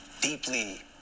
deeply